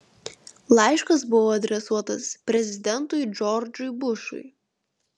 laiškas buvo adresuotas prezidentui džordžui bušui